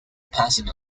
passing